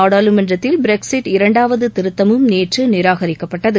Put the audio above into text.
நாடாளுமன்றத்தில் இங்கிலாந்து இரண்டாவது திருக்கமும் நேற்று நிராகரிக்கப்பட்டது